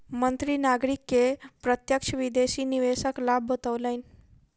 मंत्री नागरिक के प्रत्यक्ष विदेशी निवेशक लाभ बतौलैन